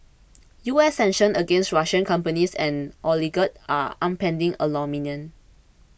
U S sanctions against Russian companies and oligarchs are upending aluminium